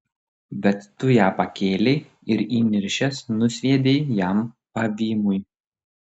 bet tu ją pakėlei ir įniršęs nusviedei jam pavymui